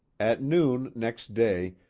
at noon next day,